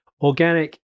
organic